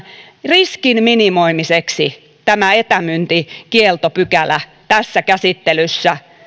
riskin minimoimiseksi tämä etämyyntikieltopykälä tässä käsittelyssä